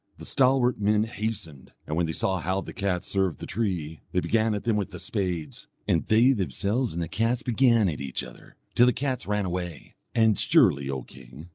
the stalwart men hastened, and when they saw how the cats served the tree, they began at them with the spades and they themselves and the cats began at each other, till the cats ran away. and surely, o king,